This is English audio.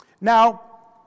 Now